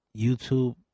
YouTube